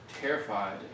terrified